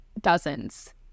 dozens